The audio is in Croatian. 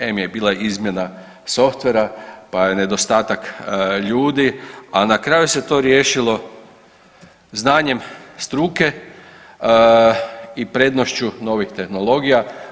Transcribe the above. Em je bila izmjena softvera, pa je nedostatak ljudi, a na kraju se to riješilo znanjem struke i prednošću novih tehnologija.